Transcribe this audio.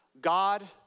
God